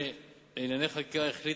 על הזמנים נדבר אחר כך.